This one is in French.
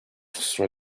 sur